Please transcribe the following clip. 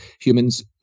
humans